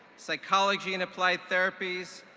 psychology and applied therapies,